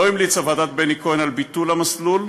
לא המליצה ועדת בני כהן על ביטול המסלול,